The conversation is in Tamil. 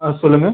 ஆ சொல்லுங்கள்